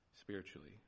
Spiritually